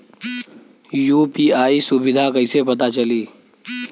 UPI सुबिधा कइसे पता चली?